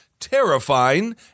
terrifying